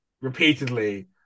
repeatedly